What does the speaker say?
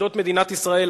בתולדות מדינת ישראל,